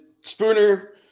Spooner